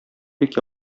бик